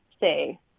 say